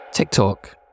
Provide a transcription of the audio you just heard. TikTok